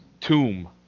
tomb